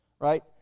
right